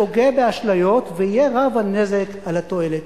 שוגה באשליות, ורב יהיה הנזק מהתועלת.